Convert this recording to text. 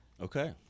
Okay